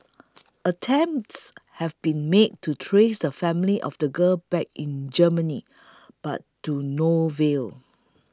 attempts have been made to trace the family of the girl back in Germany but to no avail